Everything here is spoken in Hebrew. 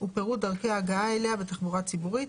ופירוט דרכי ההגעה אליה בתחבורה ציבורית.